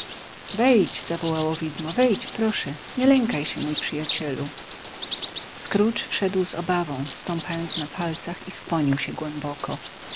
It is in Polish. wejdź proszę nie lękaj się mój przyjacielu scrooge wszedł z obawą stąpając na palcach i skłonił się głęboko